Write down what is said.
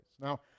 Now